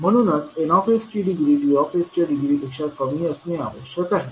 म्हणूनच Nsची degree D च्या डिग्री पेक्षा कमी असणे आवश्यक आहे